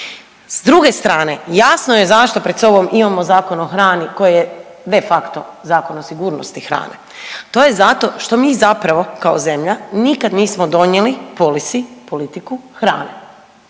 S druge strane jasno je zašto pred sobom imamo Zakon o hrani koji je de facto Zakon o sigurnosti hrane, to je zato što mi zapravo kao zemlja nikad nismo donijeli policy, politiku hrane.